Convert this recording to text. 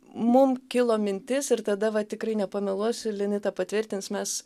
mum kilo mintis ir tada va tikrai nepameluosiu linita patvirtins mes